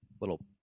little